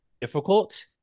difficult